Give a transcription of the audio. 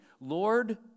Lord